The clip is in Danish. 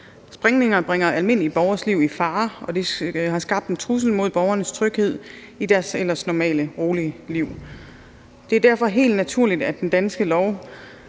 Sprængninger bringer almindelige borgeres liv i fare, og det har skabt en trussel mod borgernes tryghed i deres ellers normale, rolige liv. Det er derfor helt naturligt, at den danske lov